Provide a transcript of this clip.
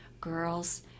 girls